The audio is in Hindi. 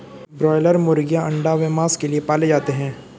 ब्रायलर मुर्गीयां अंडा व मांस के लिए पाले जाते हैं